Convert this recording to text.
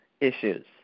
issues